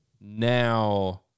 now